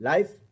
Life